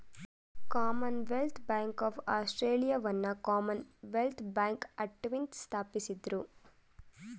Commonwealth bank of ಆಸ್ಟ್ರೇಲಿಯಾವನ್ನ commonwealth bank ಆಕ್ಟ್ನಿಂದ ಸ್ಥಾಪಿಸಿದ್ದ್ರು